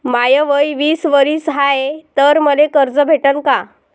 माय वय तीस वरीस हाय तर मले कर्ज भेटन का?